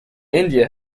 india